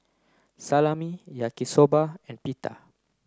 Salami Yaki Soba and Pita